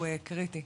הוא קריטי.